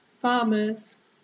farmers